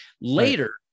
later